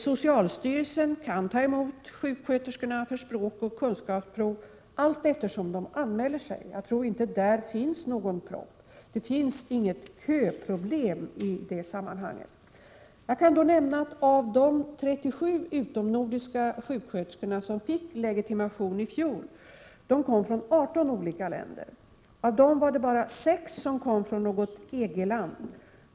Socialstyrelsen kan ta emot sjuksköterskorna för språkoch kunskapsprov allteftersom de anmäler sig. Jag tror inte att det finns någon propp där. Det finns inget köproblem i detta sammanhang. Jag kan nämna att de 37 utomnordiska sjuksköterskor som fick legitimation i fjol kom från 18 olika länder. Av dessa var det bara 6 som kom från något EG-land.